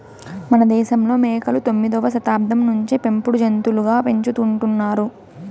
మనదేశంలో మేకలు తొమ్మిదవ శతాబ్దం నుంచే పెంపుడు జంతులుగా పెంచుకుంటున్నారు